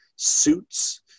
suits